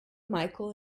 micheal